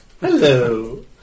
Hello